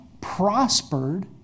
prospered